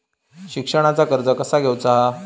शिक्षणाचा कर्ज कसा घेऊचा हा?